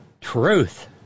truth